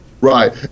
right